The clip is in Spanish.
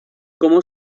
como